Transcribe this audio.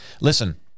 Listen